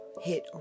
hit